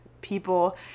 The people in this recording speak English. people